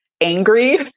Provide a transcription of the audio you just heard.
angry